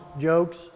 jokes